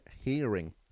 hearing